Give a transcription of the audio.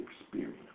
experience